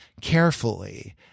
carefully